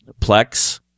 Plex